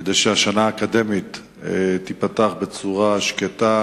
כדי שהשנה האקדמית תיפתח בצורה שקטה,